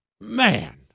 man